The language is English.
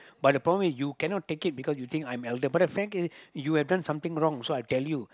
but the problem you cannot take it because you think I'm elder but the thing is you have done something wrong so I tell you